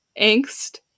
Angst